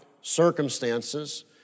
circumstances